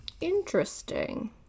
Interesting